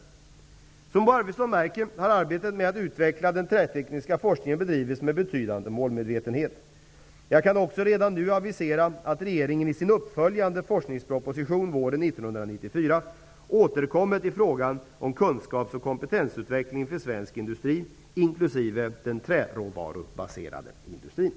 Som Bo Arvidson märker, har arbetet med att utveckla den trätekniska forskningen bedrivits med betydande målmedvetenhet. Jag kan också redan nu avisera att regeringen i sin uppföljande forskningsproposition, våren 1994, återkommer till frågan om kunskaps och kompetensutveckling för svensk industri, inklusive den träråvarubaserade industrin.